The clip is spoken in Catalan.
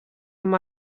amb